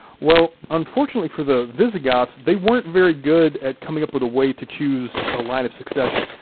well, unfortunately for the visigoths, they weren't very good at coming up with a way to choose a line of succession.